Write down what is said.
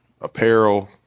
apparel